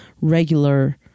regular